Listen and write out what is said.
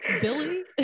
Billy